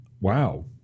Wow